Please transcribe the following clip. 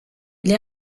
les